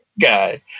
guy